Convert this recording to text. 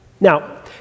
Now